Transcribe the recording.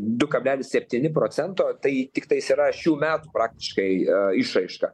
du kablelis septyni procento tai tiktais yra šių metų praktiškai išraiška